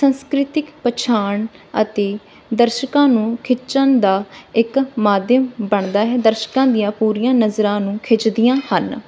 ਸੰਸਕ੍ਰਿਤਿਕ ਪਛਾਣ ਅਤੇ ਦਰਸ਼ਕਾਂ ਨੂੰ ਖਿੱਚਣ ਦਾ ਇੱਕ ਮਾਧਿਅਮ ਬਣਦਾ ਹੈ ਦਰਸ਼ਕਾਂ ਦੀਆਂ ਪੂਰੀਆਂ ਨਜ਼ਰਾਂ ਨੂੰ ਖਿੱਚਦੀਆਂ ਹਨ